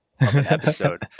episode